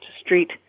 Street